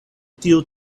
tiu